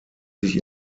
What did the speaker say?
sich